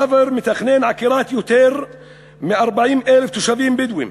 פראוור מתכנן עקירת יותר מ-40,000 תושבים בדואים